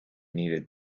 needed